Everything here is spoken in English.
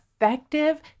effective